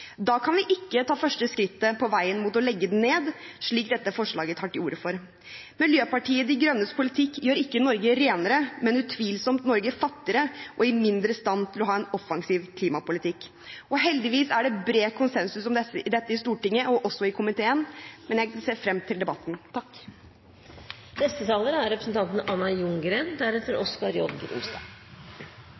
Da kan vi ikke ta første skritt på veien mot å legge den ned, slik dette forslaget tar til ordet for. Miljøpartiet De Grønnes politikk gjør ikke Norge renere, men gjør utvilsomt Norge fattigere og mindre i stand til å ha en offensiv klimapolitikk. Heldigvis er det bred konsensus om dette i Stortinget og i komiteen. Jeg ser frem til debatten.